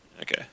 Okay